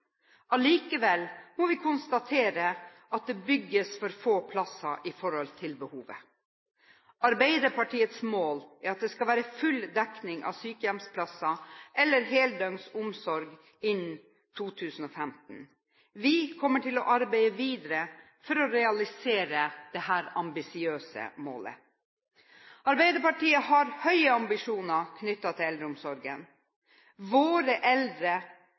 Likevel må vi konstatere at det bygges for få plasser i forhold til behovet. Arbeiderpartiets mål er at det skal være full dekning av sykehjemsplasser eller heldøgns omsorgsplasser innen 2015. Vi kommer til å arbeide videre for å realisere dette ambisiøse målet. Arbeiderpartiet har høye ambisjoner knyttet til eldreomsorgen. Våre eldre